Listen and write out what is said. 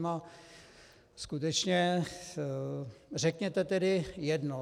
A skutečně řekněte tedy jedno.